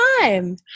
time